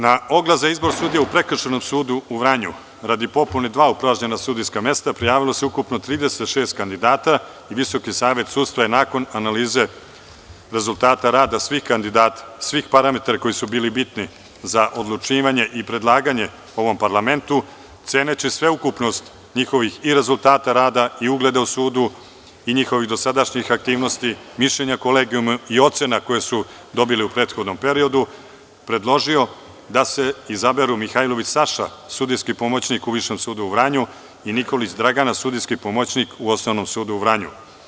Na oglas za izbor sudija u Prekršajnom sudu u Vranju radi popune dva upražnjena sudijska mesta, prijavilo se ukupno 36 kandidata i Visoki savet sudstva je nakon analize rezultata rada svih kandidata, svih parametara koji su bili bitni za odlučivanje i predlaganje ovom parlamentu, ceneći sveukupnost njihovih i rezultata rada i ugleda u sudu i njihovih dosadašnjih aktivnosti, mišljenje kolegijuma i ocena koje su dobili u prethodnom periodu, predložio da se izaberu Mihajlović Saša, sudijski pomoćnik u Višem sudu u Vranju i Nikolić Dragana sudijski pomoćnik u Osnovnom sudu u Vranju.